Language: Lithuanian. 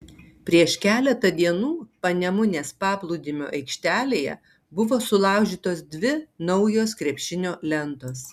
prieš keletą dienų panemunės paplūdimio aikštelėje buvo sulaužytos dvi naujos krepšinio lentos